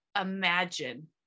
imagine